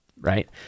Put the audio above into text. right